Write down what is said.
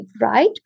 right